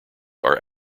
are